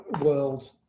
world